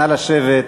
נא לשבת.